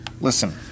Listen